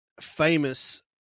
famous